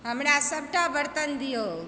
हमरा सबटा बर्तन दियौ